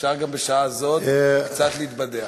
אפשר גם בשעה הזאת קצת להתבדח.